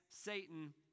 Satan